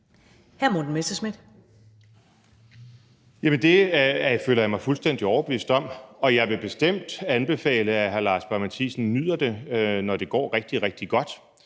det føler jeg mig fuldstændig overbevist om, og jeg vil bestemt anbefale, at hr. Lars Boje Mathiesen nyder det, når det går rigtig, rigtig godt.